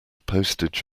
postage